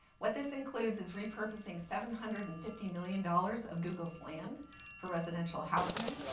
what this includes is repurposing seven hundred and fifty million dollars of google's land for residential housing,